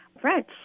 French